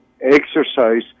exercise